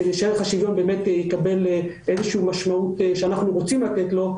כדי שערך השוויון יקבל איזו שהיא משמעות שאנחנו רוצים לתת לו,